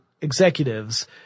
executives